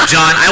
John